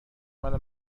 مال